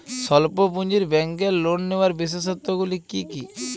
স্বল্প পুঁজির ব্যাংকের লোন নেওয়ার বিশেষত্বগুলি কী কী?